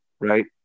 right